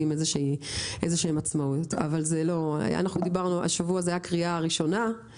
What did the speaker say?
איזו שהיא עצמאות אבל השבוע זו הייתה הקריאה הראשונה,